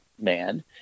man